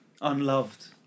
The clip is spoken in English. Unloved